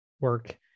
work